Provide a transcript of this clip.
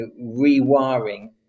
rewiring